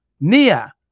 Nia